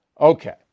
Okay